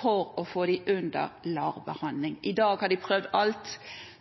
for å få pasientene under LAR-behandling. I dag har de prøvd alt,